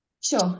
sure